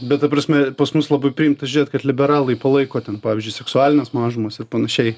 bet ta prasme pas mus labai priimta žiūrėt kad liberalai palaiko ten pavyzdžiui seksualines mažumas ir panašiai